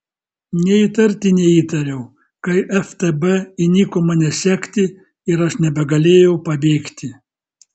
nė įtarti neįtariau kai ftb įniko mane sekti ir aš nebegalėjau pabėgti